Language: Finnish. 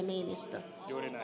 juuri näin